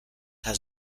has